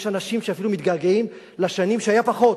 יש אנשים שאפילו מתגעגעים לשנים שהיה פחות,